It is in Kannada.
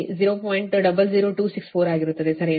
00264 ಆಗಿರುತ್ತದೆ ಸರಿನಾ